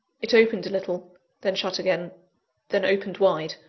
it opened a little then shut again then opened wide.